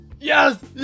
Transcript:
YES